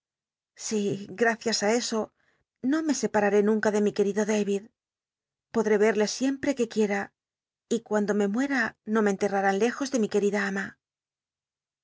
si gracias ü eso no me sepanué nunca de mi c ucl'ido david podré verle siempre que luieta y cuando me muera no me enlct anin lejos de mi querida mna